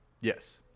Yes